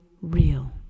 real